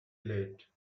late